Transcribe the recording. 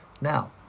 Now